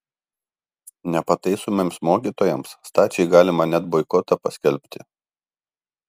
nepataisomiems mokytojams stačiai galima net boikotą paskelbti